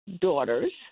daughters